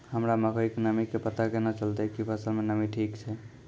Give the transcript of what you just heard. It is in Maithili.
हमरा मकई के नमी के पता केना चलतै कि फसल मे नमी ठीक छै?